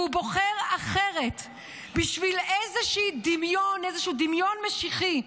והוא בוחר אחרת בשביל איזשהו דמיון משיחי.